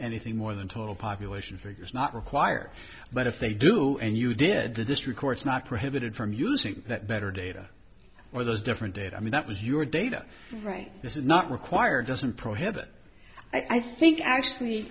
i think more than total population figures not required but if they do and you did the district court's not prohibited from using that better data or those different data i mean that was your data right this is not required doesn't prohibit i think actually